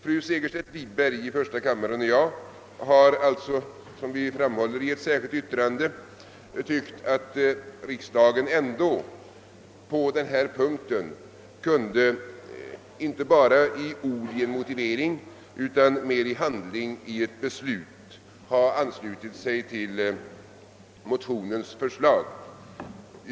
Fru Segerstedt Wiberg i första kammaren och jag har alltså — som vi framhåller i ett särskilt yttrande — ansett att riksdagen på den här punkten kunde inte bara genom ord i en motivering utan även i handling genom beslut om ett uttalande ha anslutit sig till motionsförslaget.